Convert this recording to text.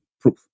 proof